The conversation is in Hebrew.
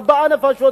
ארבע נפשות,